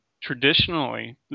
traditionally